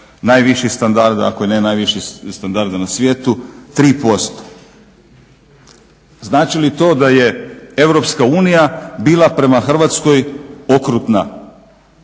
najviših standarda, ako ne i najviših standarda na svijetu 3%. Znači li to da je Europska unija bila prema Hrvatskoj okrutna,